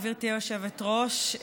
גברתי היושבת-ראש.